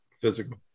physical